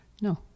No